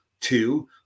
Two